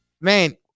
man